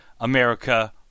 America